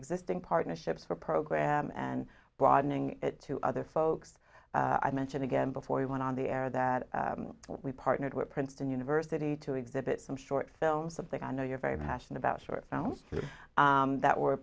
existing partnerships for program and broadening it to other folks i mentioned again before you went on the air that we partnered with princeton university to exhibit some short films something i know you're very passionate about short films that were